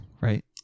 right